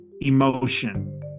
emotion